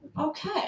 Okay